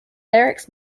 lyrics